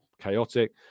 chaotic